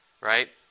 right